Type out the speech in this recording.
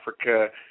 Africa